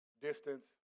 distance